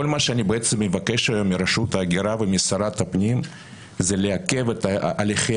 כל מה שאני מבקש מרשות ההגירה ומשרת הפנים זה לעכב את הליכי